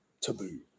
taboo